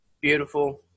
Beautiful